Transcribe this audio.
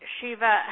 Shiva